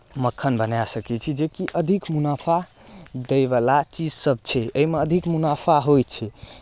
मक्खन बनाए सकै छी जेकि अधिक मुनाफा दयवला चीजसभ छै एहिमे अधिक मुनाफा होइ छै